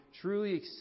truly